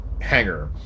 hangar